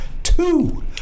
two